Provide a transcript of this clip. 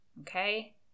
okay